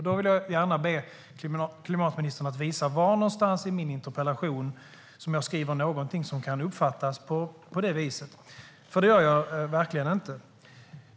Då vill jag be klimatministern visa var någonstans i min interpellation jag skriver något som kan uppfattas på det viset. För det gör jag verkligen inte.